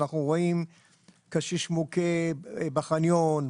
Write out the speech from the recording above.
כשאנחנו רואים קשיש מוכה בחניון,